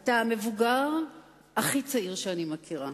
אתה המבוגר הכי צעיר שאני מכירה.